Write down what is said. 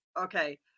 Okay